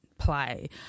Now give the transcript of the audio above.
play